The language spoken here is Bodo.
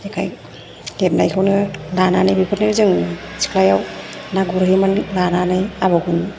जेखाय हेबनायखौनो लानानै बेफोरनो जों सिख्लायाव ना गुरोहैयोमोन लानानै आबौ